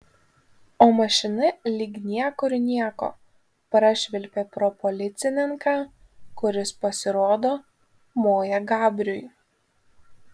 o mašina lyg niekur nieko prašvilpė pro policininką kuris pasirodo moja gabriui